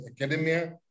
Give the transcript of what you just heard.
academia